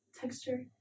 texture